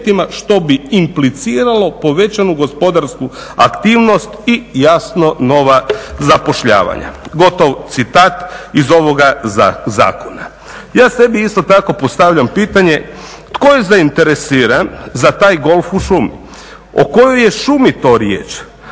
što bi impliciralo povećanu gospodarsku aktivnost i jasno nova zapošljavanja. Ja sebi isto tako postavljam pitanje tko je zainteresiran za taj golf u šumi? O kojoj je šumi to riječ?